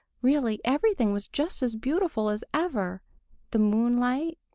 really everything was just as beautiful as ever the moonlight,